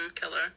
killer